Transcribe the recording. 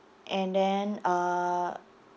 and then uh